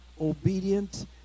obedient